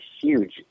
huge